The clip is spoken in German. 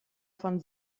von